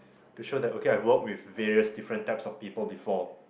to show that okay I worked with various different type of people before